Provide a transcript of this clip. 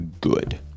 good